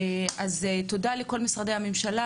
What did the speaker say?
אז תודה לכל משרדי הממשלה,